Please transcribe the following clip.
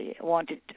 wanted